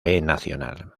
nacional